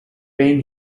been